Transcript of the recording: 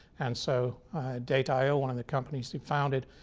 and so data io, one of the companies he founded,